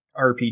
RPG